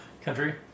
country